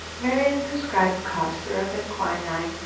marian prescribed cough syrup and quinine,